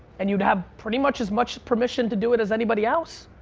and you'd have pretty much as much permission to do it as anybody else.